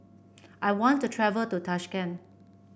I want to travel to Tashkent